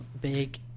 Big